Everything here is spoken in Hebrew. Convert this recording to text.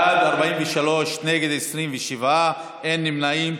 בעד, 43, נגד, 27, אין נמנעים.